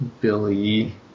Billy